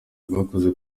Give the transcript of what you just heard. rwakoze